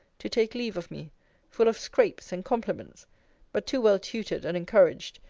to take leave of me full of scrapes and compliments but too well tutored and encouraged,